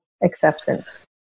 acceptance